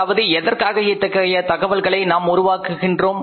அதாவது எதற்காக அத்தகைய தகவல்களை நாம் உருவாக்குகின்றோம்